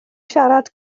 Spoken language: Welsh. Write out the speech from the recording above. siarad